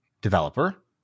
developer